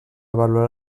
avaluar